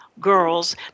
girls